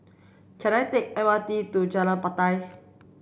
can I take M R T to Jalan Batai